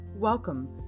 Welcome